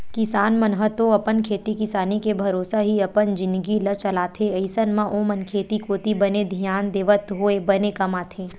किसान मन ह तो अपन खेती किसानी के भरोसा ही अपन जिनगी ल चलाथे अइसन म ओमन खेती कोती बने धियान देवत होय बने कमाथे